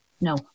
No